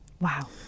Wow